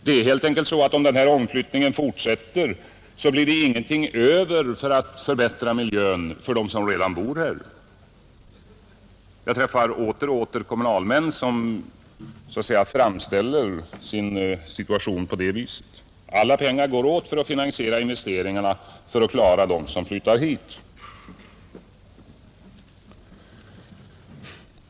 Det är helt enkelt så att om omflyttningen fortsätter, blir det ingenting över för att förbättra miljön för dem som redan bor där. Jag träffar åter och åter kommunalmän som framställer sin situation på det viset — alla pengar går åt till finansiering av investeringarna för att klara dem som flyttar hit.